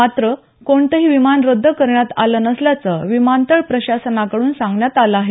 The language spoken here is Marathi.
मात्र कोणतंही विमान रद्द करण्यात आलं नसल्याचं विमानतळ प्रशासनाकड्रन सांगण्यात आलं आहे